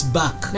back